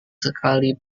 sekali